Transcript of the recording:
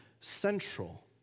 central